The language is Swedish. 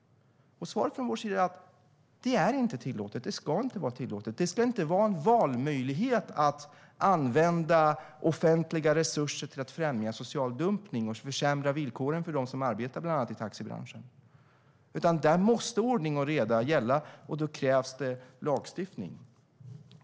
Vårt svar är att det är inte och ska inte vara tillåtet. Det ska inte vara en valmöjlighet att använda offentliga resurser för att främja social dumpning och försämra villkoren för dem som arbetar i bland annat taxibranschen. Ordning och reda måste gälla, och då krävs det lagstiftning.